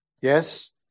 Yes